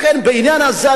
לכן בעניין הזה,